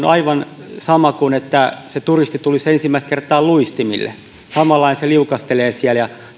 aivan sama kuin se että se turisti tulisi ensimmäistä kertaa luistimille samalla lailla se liukastelee siellä ja